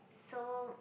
so